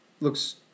looks